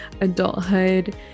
adulthood